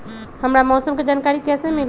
हमरा मौसम के जानकारी कैसी मिली?